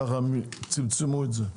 ככה צמצמו את זה.